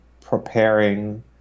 preparing